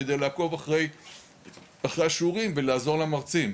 על מנת לעקוב אחרי השיעורים ולעזור למרצים,